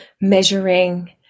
measuring